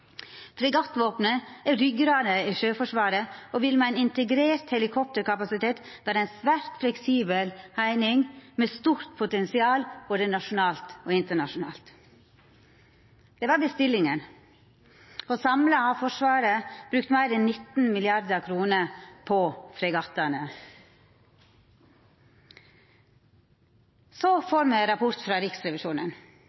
Fregattvåpenet er ryggrada i Sjøforsvaret og vil med ein integrert helikopterkapasitet vera ei svært fleksibel eining, med stort potensial både nasjonalt og internasjonalt. Det var bestillinga. Samla har Forsvaret brukt meir enn 19 mrd. kr på fregattane. Så